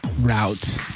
route